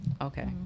Okay